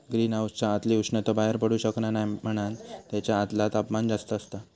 green हाउसच्या आतली उष्णता बाहेर पडू शकना नाय म्हणान तेच्या आतला तापमान जास्त असता